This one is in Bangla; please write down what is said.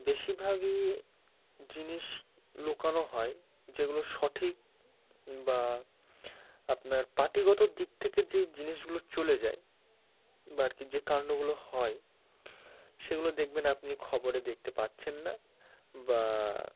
বেশিরভাগই জিনিস লুকানো হয় যেগুলো সঠিক বা আপনার পার্টিগত দিক থেকে যেই জিনিসগুলো চলে যায় বা আর কি যে কাণ্ডগুলো হয় সেগুলো দেখবেন আপনি খবরে দেখতে পাচ্ছেন না বা